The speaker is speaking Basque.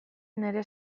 nire